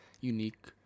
unique